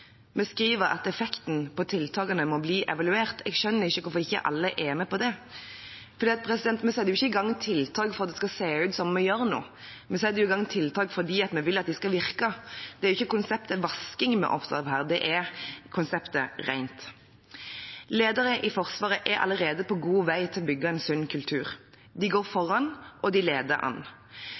Vi skriver at effekten på tiltakene må bli evaluert. Jeg skjønner ikke hvorfor ikke alle er med på det. Vi setter ikke i gang tiltak for at det skal se ut som om vi gjør noe, vi setter i gang tiltak fordi vi vil at de skal virke. Det er ikke konseptet vasking vi er opptatt av her, det er konseptet reint. Ledere i Forsvaret er allerede på god vei til å bygge en sunn kultur. De går foran, og de leder an.